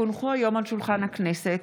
כי הונחו היום על שולחן הכנסת,